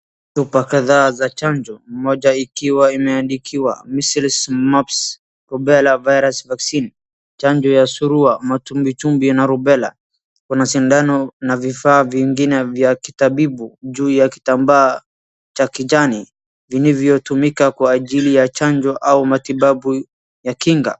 Chupa kadhaa za chanjo, moja ikiwa imeandikiwa measles, mumps, rubela virus vaccine , chanjo ya surua, matumbwitumbwi na rubela. Kuna sindano na vifaa vingine vya kitabibu juu ya kitambaa cha kijani vilivyotumika kwa ajili ya chanjo au matibabu ya kinga.